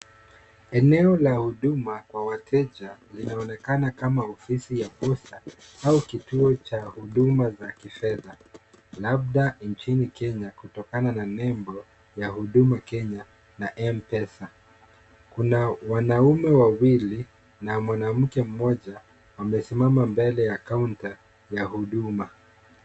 Eneo la huduma kwa wateja linaonekana kama ofisi ya posta, au kituo cha huduma za kifedha. Labda nchini Kenya kutokana na nembo ya huduma Kenya na M-Pesa. Kuna wanaume wawili na mwanamke mmoja wamesimama mbele ya kaunta ya huduma.